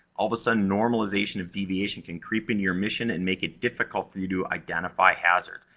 all of a sudden, normalization of deviation can creep into your mission and make it difficult for you to identify hazards.